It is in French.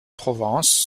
provence